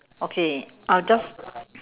okay I'll just